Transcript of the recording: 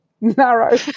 narrow